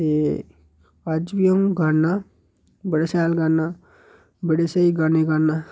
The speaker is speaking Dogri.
ते अज्ज बी अ'ऊं गान्नां बड़ा शैल गान्नां बड़े स्हेई गाने गान्नां